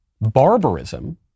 barbarism